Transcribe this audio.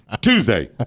Tuesday